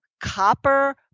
copper